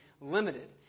limited